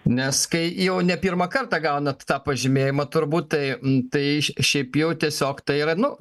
nes kai jau ne pirmą kartą gaunat tą pažymėjimą turbūt tai tai šiaip jau tiesiog tai yra nu